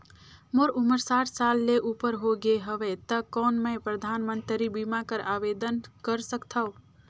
मोर उमर साठ साल ले उपर हो गे हवय त कौन मैं परधानमंतरी बीमा बर आवेदन कर सकथव?